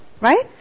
right